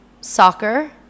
Soccer